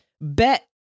bet